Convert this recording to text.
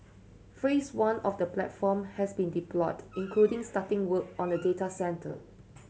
phrase one of the platform has been deployed including starting work on a data centre